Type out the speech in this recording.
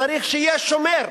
צריך שיהיה שומר,